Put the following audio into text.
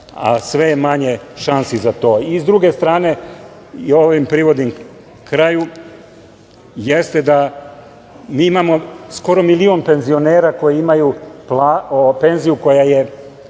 a sve je manje šansi za to.S druge strane, ovim privodim kraju, jeste da mi imamo skoro milion penzionera koji imaju penziju koja je